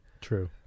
True